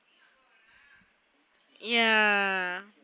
ya